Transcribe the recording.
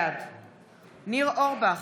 בעד ניר אורבך,